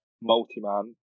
multi-man